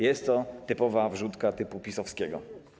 Jest to typowa wrzutka typu PiS-owskiego.